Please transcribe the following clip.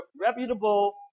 reputable